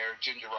Ginger